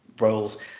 roles